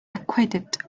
acquitted